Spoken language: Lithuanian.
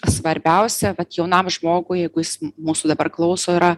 svarbiausia vat jaunam žmogui jeigu jis mūsų dabar klauso yra